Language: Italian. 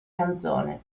canzone